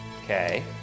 Okay